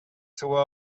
seva